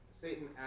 Satan